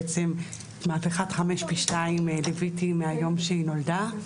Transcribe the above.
בעצם את מהפכת חמש פי שניים ליוויתי מהיום שהיא נולדה,